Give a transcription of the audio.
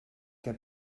que